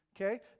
okay